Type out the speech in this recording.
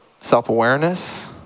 self-awareness